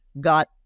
got